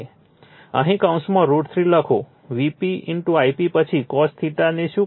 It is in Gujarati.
પછી કૌંસમાં √ 3 લખો Vp Ip પછી cos ને શું કહે છે